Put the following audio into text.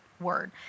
word